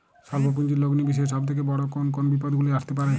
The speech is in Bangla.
স্বল্প পুঁজির লগ্নি বিষয়ে সব থেকে বড় কোন কোন বিপদগুলি আসতে পারে?